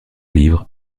livres